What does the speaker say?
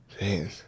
man